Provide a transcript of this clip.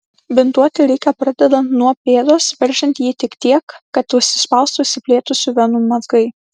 bintuoti reikia pradedant nuo pėdos veržiant jį tik tiek kad užsispaustų išsiplėtusių venų mazgai